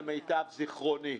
למיטב זכרוני.